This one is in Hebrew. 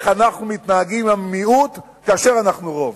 אנחנו מתנהגים עם המיעוט כאשר אנחנו רוב.